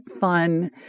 fun